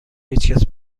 هیچکس